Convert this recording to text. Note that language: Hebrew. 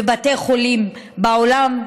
בבתי חולים, בעולם,